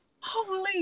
Holy